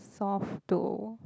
soft to